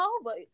over